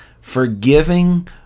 Forgiving